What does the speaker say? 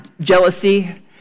jealousy